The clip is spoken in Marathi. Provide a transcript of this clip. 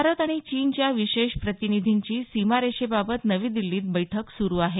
भारत आणि चीनच्या विशेष प्रतिनिधींची सीमारेषेबाबत नवी दिल्लीत बैठक सुरु आहे